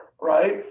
right